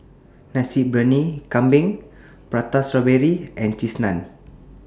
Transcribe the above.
Nasi Briyani Kambing Prata Strawberry and Cheese Naan